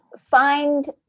find